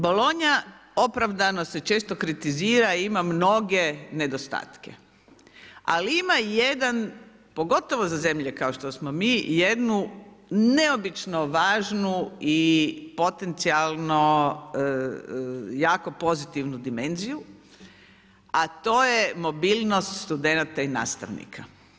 Bolonja opravdano se često kritizira i ima mnoge nedostatke, ali ima jedan pogotovo za zemlje kao što smo mi jednu neobično važnu i potencijalno jako pozitivnu dimenziju, a to je mobilnost studenata i nastavnika.